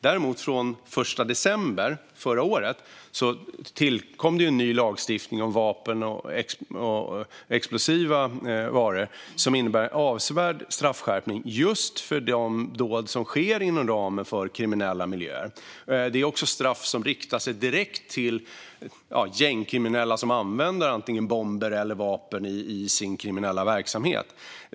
Däremot tillkom det den 1 december förra året en ny lagstiftning om vapen och explosiva varor som innebär en avsevärd straffskärpning för just de dåd som sker inom ramen för kriminella miljöer. Det är också straff som riktar sig direkt till gängkriminella som använder antingen bomber eller vapen i sin kriminella verksamhet.